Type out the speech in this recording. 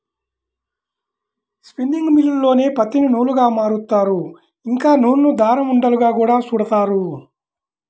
spinning మిల్లుల్లోనే పత్తిని నూలుగా మారుత్తారు, ఇంకా నూలును దారం ఉండలుగా గూడా చుడతారు